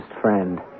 friend